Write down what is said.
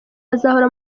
azahora